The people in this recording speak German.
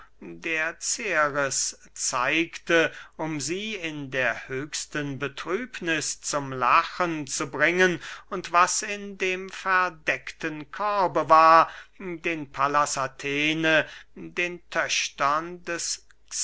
der ceres zeigte um sie in der höchsten betrübniß zum lachen zu bringen und was in dem verdeckten korbe war den pallas athene den töchtern des